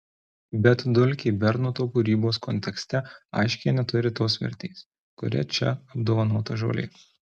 bet dulkė bernoto kūrybos kontekste aiškiai neturi tos vertės kuria čia apdovanota žolė